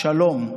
שלום".